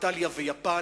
איטליה ויפן,